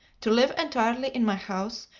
to live entirely in my house,